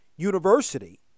university